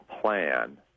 plan